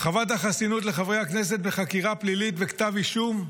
הרחבת החסינות לחברי הכנסת בחקירה פלילית וכתב אישום,